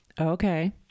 Okay